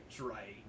right